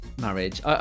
marriage